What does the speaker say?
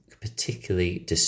particularly